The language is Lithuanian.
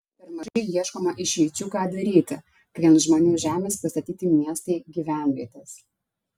per mažai ieškoma išeičių ką daryti kai ant žmonių žemės pastatyti miestai gyvenvietės